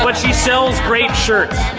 but she sells great shirts.